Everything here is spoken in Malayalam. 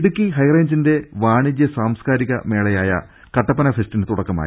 ഇടുക്കി ്ഹൈറേഞ്ചിന്റെ വാണിജ്യ സാംസ്കാരിക മേളയായ കട്ടപ്പന ഫെസ്റ്റിന് തുടക്കമായി